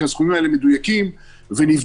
כי הסכומים האלה מדויקים ונבדקו.